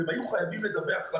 הנושא הוא בריאותי לחלוטין,